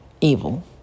evil